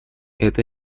это